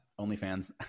OnlyFans